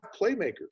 playmakers